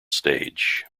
stage